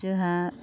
जोंहा